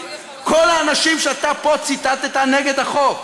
כל האנשים שאתה ציטטת פה נגד החוק,